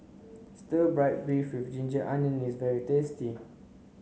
stir fry beef with ginger onions is very tasty